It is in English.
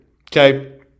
okay